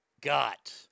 got